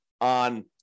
on